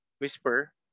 whisper